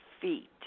feet